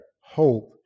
hope